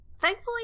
thankfully